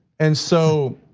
and so